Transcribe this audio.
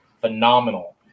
phenomenal